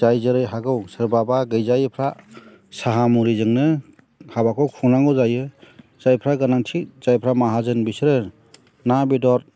जाय जेरै हागौ सोरबाबा गैजायिफ्रा साहा मुरिजोंनो हाबाखौ खुंनांगौ जायो जायफ्रा गोनांथि जायफ्रा माहाजोन बिसोरो ना बेदर